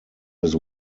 his